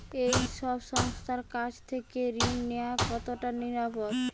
এই সব সংস্থার কাছ থেকে ঋণ নেওয়া কতটা নিরাপদ?